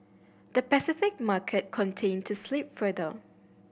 the Pacific market continued to slip further